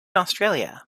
australia